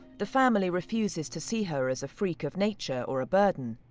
the family refuses to see her as a freak of nature or a burden.